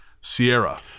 Sierra